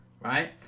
Right